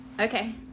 okay